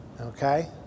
Okay